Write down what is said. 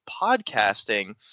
podcasting